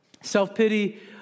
Self-pity